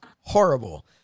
horrible